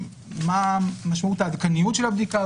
מה משמעות העדכניות של הבדיקה?